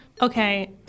Okay